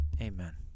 amen